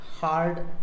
hard